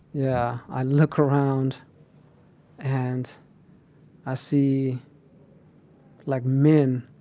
yeah, i look around and i see like men,